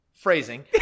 phrasing